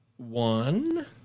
One